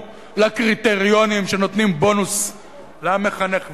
הקריטריונים שנותנים בונוס למחנך ולמורה?